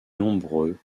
nombreux